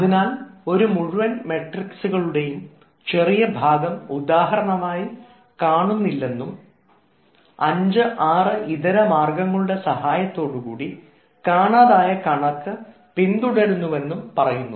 അതിനാൽ ഒരു മുഴുവൻ മാട്രിക്സുകളുടെയും ചെറിയ ഭാഗം ഉദാഹരണമായി കാണുന്നില്ലെന്നും അഞ്ച് ആറ് ഇതര മാർഗങ്ങളുടെ സഹായത്തോടുകൂടി കാണാതായ കണക്ക് പിന്തുടരുന്നുവെന്നും പറയുന്നു